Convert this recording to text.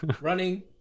Running